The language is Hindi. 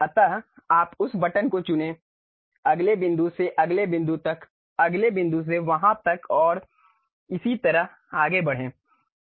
अतः आप उस बटन को चुनें अगले बिंदु से अगले बिंदु तक अगले बिंदु से वहाँ तक और इसी तरह आगे बढ़ें